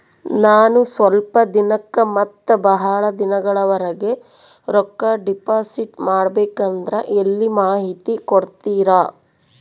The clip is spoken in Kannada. ನಾನು ಸ್ವಲ್ಪ ದಿನಕ್ಕ ಮತ್ತ ಬಹಳ ದಿನಗಳವರೆಗೆ ರೊಕ್ಕ ಡಿಪಾಸಿಟ್ ಮಾಡಬೇಕಂದ್ರ ಎಲ್ಲಿ ಮಾಹಿತಿ ಕೊಡ್ತೇರಾ?